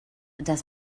dass